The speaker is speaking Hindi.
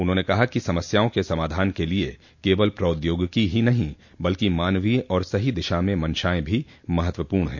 उन्होंने कहा कि समस्याओं के समाधान के लिए केवल प्रौद्योगिक ही नहीं बल्कि मानवीय और सही दिशा में मंशाएं भी महत्वपूर्ण हैं